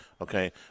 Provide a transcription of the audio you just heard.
Okay